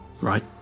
right